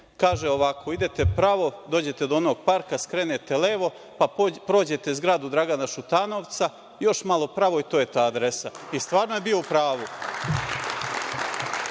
kaže ovako – idete pravo, dođete do onog parka, skrenete levo, pa prođete zgradu Dragana Šutanovca, pa još malo pravi i to je ta adresa. I, stvarno je bio u pravu.